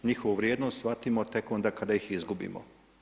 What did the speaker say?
Njihovu vrijednost shvatimo tek onda kada ih izgubimo.